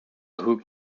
hook